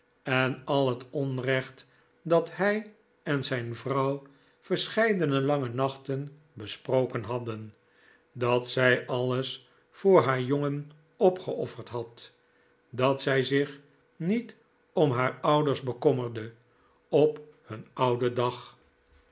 en al het onrecht dat hij en zijn vrouw verscheidene lange nachten besproken hadden dat zij alles voor haar jongen opgeofferd had dat zij zich niet om haar ouders bekommerde op hun ouden dag